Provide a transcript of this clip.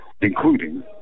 including